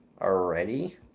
already